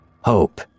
hope